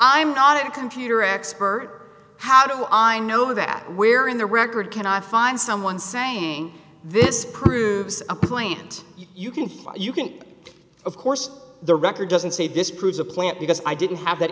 i'm not a computer expert how do i know that where in the record can i find someone saying this proves a plane and you can you can of course the record doesn't say this proves a plant because i didn't have that